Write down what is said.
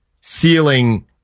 ceiling